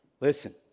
Listen